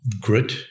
grit